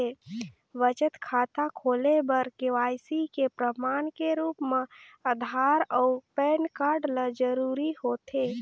बचत खाता खोले बर के.वाइ.सी के प्रमाण के रूप म आधार अऊ पैन कार्ड ल जरूरी होथे